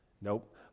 Nope